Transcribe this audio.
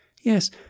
Yes